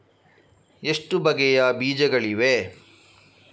ಎಷ್ಟು ಬಗೆಯ ಬೀಜಗಳಿವೆ?